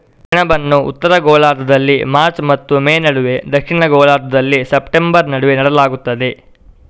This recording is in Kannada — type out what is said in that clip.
ಸೆಣಬನ್ನು ಉತ್ತರ ಗೋಳಾರ್ಧದಲ್ಲಿ ಮಾರ್ಚ್ ಮತ್ತು ಮೇ ನಡುವೆ, ದಕ್ಷಿಣ ಗೋಳಾರ್ಧದಲ್ಲಿ ಸೆಪ್ಟೆಂಬರ್ ನಡುವೆ ನೆಡಲಾಗುತ್ತದೆ